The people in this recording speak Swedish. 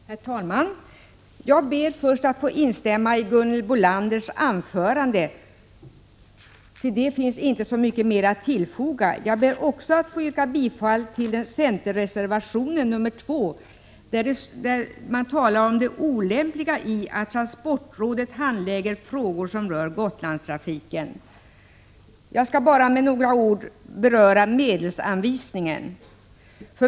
Herr talman! Jag ber först att få instämma i Gunhilds Bolanders anförande; efter det finns inte så mycket mer att tillfoga. Jag ber också att få yrka bifall till centerreservation nr 2, där man talar om det olämpliga i att transportrådet handlägger frågor som rör Gotlandstrafiken. Jag skall bara med några ord beröra medelsanvisningen.